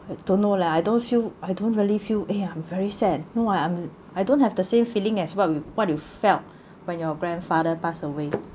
I don't know lah I don't feel I don't really feel eh I'm very sad no I'm I don't have the same feeling as well what you felt when your grandfather passed away